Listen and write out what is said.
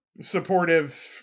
supportive